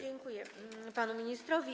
Dziękuję panu ministrowi.